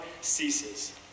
ceases